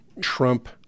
trump